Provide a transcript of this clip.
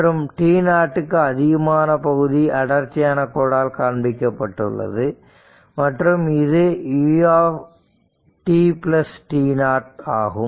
மற்றும் t0 க்கு அதிகமான பகுதி அடர்த்தியான கோடால் காண்பிக்கப்பட்டுள்ளது மற்றும் இது utt0 ஆகும்